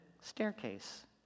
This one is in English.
staircase